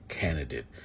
candidate